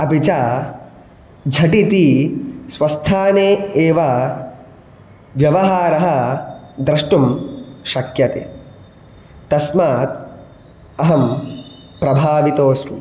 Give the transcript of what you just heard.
अपि च झटिति स्वस्थाने एव व्यवहारः द्रष्टुं शक्यते तस्मात् अहं प्रभावितोस्मि